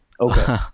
Okay